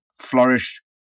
flourished